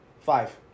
Five